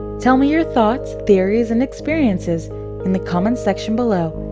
tell me your thoughts, theories, and experiences in the comment section below.